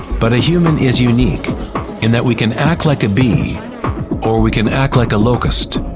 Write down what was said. but a human is unique in that we can act like a bee or we can act like a locust.